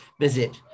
visit